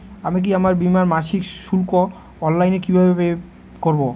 আমি কি আমার বীমার মাসিক শুল্ক অনলাইনে কিভাবে পে করব?